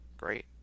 great